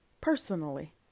personally